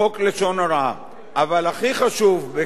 אבל הכי חשוב בקשר להצעה שלכם,